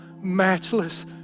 matchless